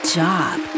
job